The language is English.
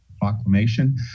proclamation